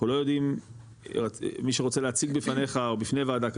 אנחנו לא יודעים מי שרוצה להציג בפניך ובפני ועדה כזאת,